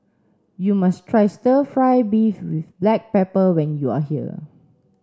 you must try stir fry beef with black pepper when you are here